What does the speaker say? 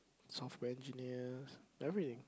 software engineers everything